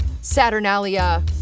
Saturnalia